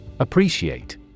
Appreciate